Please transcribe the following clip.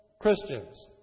Christians